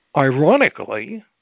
Ironically